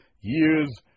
years